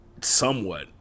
somewhat